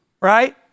Right